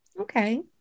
Okay